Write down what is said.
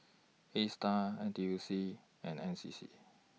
ASTAR N T U C and N C C